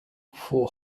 four